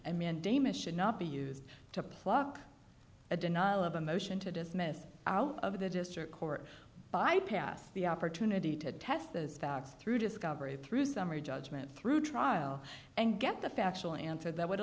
and mandamus should not be used to pluck a denial of a motion to dismiss out of the district court bypass the opportunity to test those facts through discovery through summary judgment through trial and get the factual answer that would